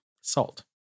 Salt